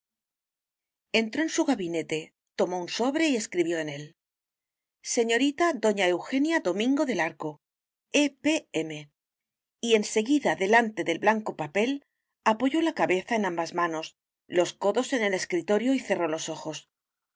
entró en su gabinete tomó un sobre y escribió en él señorita doña eugenia domingo del arco e p m y enseguida delante del blanco papel apoyó la cabeza en ambas manos los codos en el escritorio y cerró los ojos